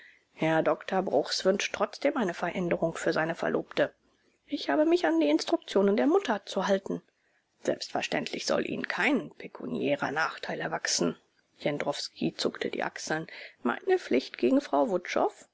herr doktor bruchs wünscht trotzdem eine veränderung für seine verlobte ich habe mich an die instruktionen der mutter zu halten selbstverständlich soll ihnen kein pekuniärer nachteil erwachsen jendrowski zuckte die achseln meine pflicht gegen frau